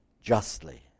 justly